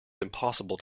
impossible